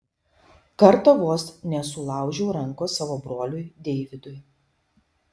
kartą vos nesulaužiau rankos savo broliui deividui